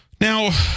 Now